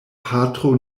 patro